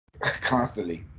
constantly